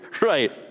right